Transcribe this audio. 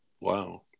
Wow